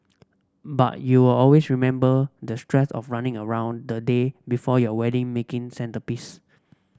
but you'll always remember the stress of running around the day before your wedding making centrepiece